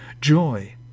joy